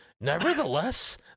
Nevertheless